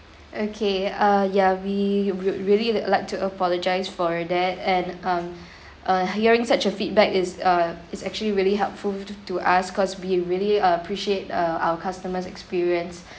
okay uh ya we would really l~ like to apologise for that and um uh hearing such a feedback is uh is actually really helpful to to us cause we really appreciate uh our customers' experience